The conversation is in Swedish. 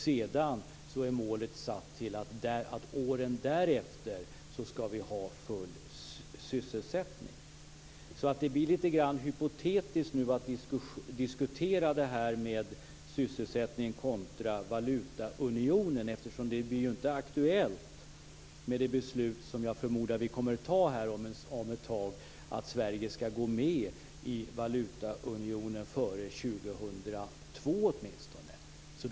Sedan är målet att uppnå full sysselsättning under åren därefter. Att diskutera sysselsättning kontra valutaunion blir litet hypotetiskt, eftersom det i och med det beslut som jag förmodar att riksdagen kommer att fatta om ett tag inte blir aktuellt att Sverige går med i valutaunionen före år 2002.